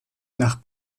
nach